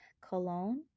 Cologne